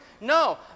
No